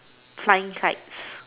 flying kites